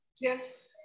Yes